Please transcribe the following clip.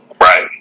Right